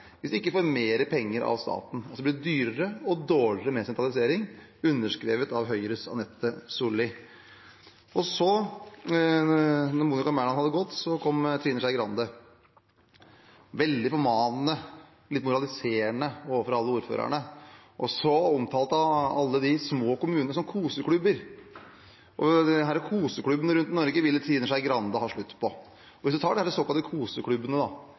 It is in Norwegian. hvis de ikke får mer penger av staten. Det blir altså dyrere og dårligere med sentralisering, og det er underskrevet av Høyres Anette Solli. Så, da Monica Mæland hadde gått, kom Trine Skei Grande og var veldig formanende og litt moraliserende overfor alle ordførerne. Så omtalte hun alle de små kommunene som koseklubber, og disse koseklubbene rundt i Norge ville Trine Skei Grande ha slutt på. Hvis man tar disse såkalte koseklubbene,